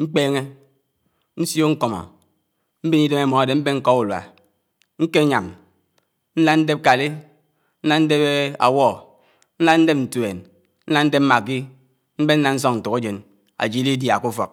mkpéñé ñsiò ñkọmọ, mbén idém ámòdé nká ùruá nkégám, ñlád ndép káli, ñlád ndép áwọ ñlád ndép ntùén, nlád ndép máki mbén ñlád sọk ntòkájén ájid ididia ké ùf^k.